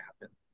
happen